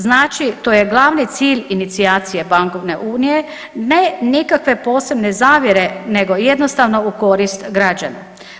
Znači to je glavni cilj inicijacije bankovne unije, ne nikakve posebne zavjere nego jednostavno u koristi građana.